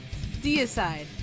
Deicide